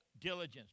diligence